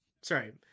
sorry